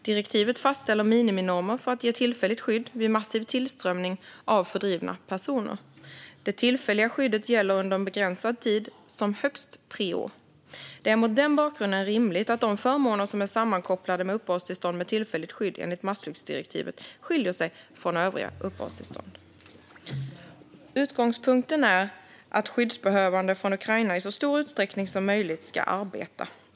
Direktivet fastställer miniminormer för att ge tillfälligt skydd vid massiv tillströmning av fördrivna personer. Det tillfälliga skyddet gäller under en begränsad tid, som högst tre år. Det är mot den bakgrunden rimligt att de förmåner som är sammankopplade med uppehållstillstånd med tillfälligt skydd enligt massflyktsdirektivet skiljer sig från övriga uppehållstillstånd. Utgångspunkten är att skyddsbehövande från Ukraina i så stor utsträckning som möjligt ska arbeta.